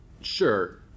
Sure